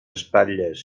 espatlles